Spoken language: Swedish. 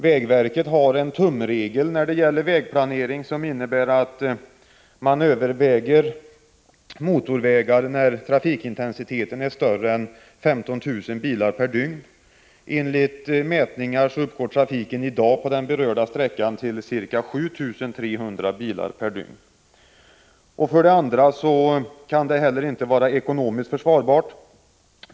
Vägverket har en tumregel när det gäller vägplanering, som innebär att man överväger motorväg när trafikintensiteten är större än 15 000 bilar per dygn. Enligt mätningar uppgår trafiken i dag på den berörda sträckan till ca 7 300 bilar per dygn. För det andra kan projektet inte heller vara ekonomiskt försvarbart.